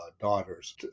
daughters